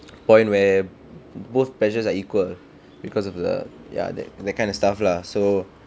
point where both pressures are equal because of the ya that that kind of stuff lah so